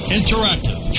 interactive